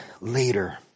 later